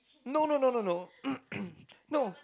no no no no no no